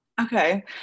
Okay